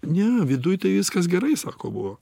ne viduj tai viskas gerai sako buvo